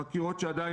יש לך טעות.